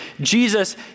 Jesus